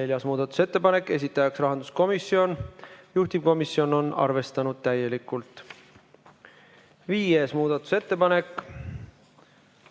Neljas muudatusettepanek, esitaja on rahanduskomisjon, juhtivkomisjon on arvestanud täielikult. Viies muudatusettepanek,